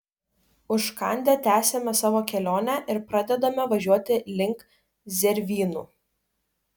užkandę tęsiame savo kelionę ir pradedame važiuoti link zervynų